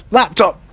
laptop